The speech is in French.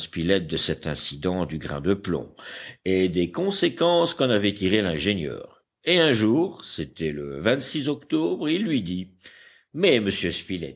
de cet incident du grain de plomb et des conséquences qu'en avait tirées l'ingénieur et un jour c'était le octobre il lui dit mais monsieur